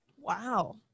wow